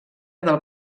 del